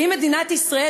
האם מדינת ישראל